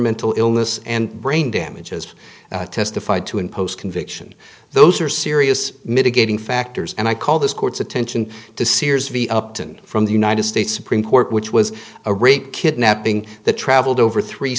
mental illness and brain damage as testified to in post conviction those are serious mitigating factors and i called this court's attention to sears v upton from the united states supreme court which was a rape kidnapping that traveled over three